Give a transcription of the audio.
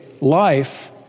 life